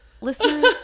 Listeners